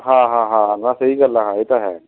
ਹਾਂ ਹਾਂ ਹਾਂ ਬਸ ਇਹੀ ਗੱਲ ਆ ਇਹ ਤਾਂ ਹੈ